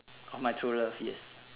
or my true love yes